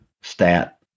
stat